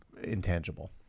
intangible